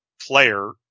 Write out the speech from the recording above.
player